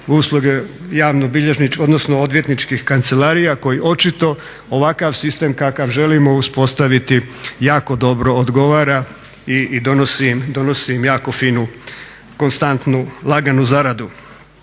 razno razni PDV-i i naravno usluge odvjetničkih kancelarija koji očito ovakav sistem kakav želimo uspostaviti jako dobro odgovara i donosi im jako finu konstantu, laganu zaradu.